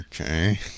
Okay